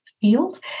field